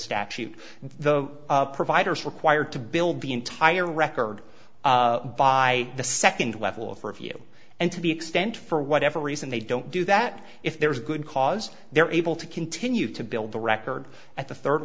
statute the providers required to build the entire record by the second level of for a view and to be extent for whatever reason they don't do that if there is good cause they're able to continue to build the record at the third